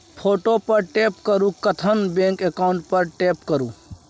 photo पर tap करु तखन बैंक अकाउंट पर टैप करु